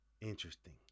interesting